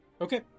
Okay